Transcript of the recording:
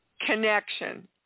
connection